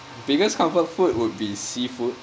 biggest comfort food would be seafood